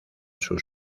sus